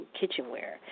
kitchenware